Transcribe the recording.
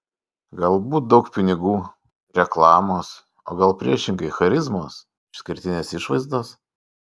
galbūt daug pinigų reklamos o gal priešingai charizmos išskirtinės išvaizdos